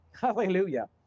Hallelujah